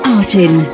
Artin